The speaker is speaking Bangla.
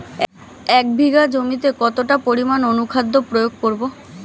এক বিঘা জমিতে কতটা পরিমাণ অনুখাদ্য প্রয়োগ করব?